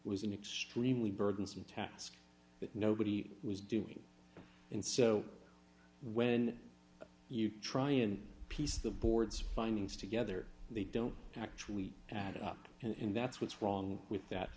an extremely burdensome task that nobody was doing and so when you try and piece the board's findings together they don't actually add up and that's what's wrong with that